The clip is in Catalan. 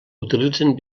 utilitzen